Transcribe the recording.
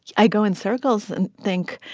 i go in circles and think,